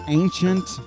ancient